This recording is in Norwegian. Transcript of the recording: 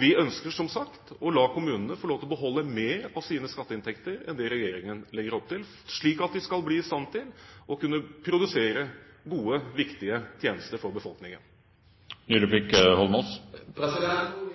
Vi ønsker som sagt å la kommunene få lov til å beholde mer av sine skatteinntekter enn det regjeringen legger opp til, slik at de skal bli i stand til å kunne produsere gode, viktige tjenester for befolkningen.